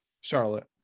Charlotte